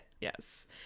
Yes